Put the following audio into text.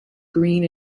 green